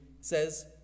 says